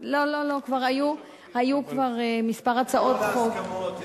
לא, היו כבר כמה הצעות חוק, תגיעו להסכמות.